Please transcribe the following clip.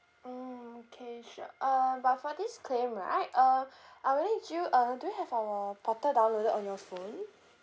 mm K sure uh but for this claim right um I would need you uh do you have our portal downloaded on your phone